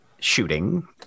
shooting